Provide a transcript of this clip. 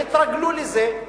יתרגלו לזה.